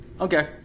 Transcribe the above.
Okay